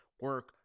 Work